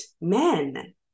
men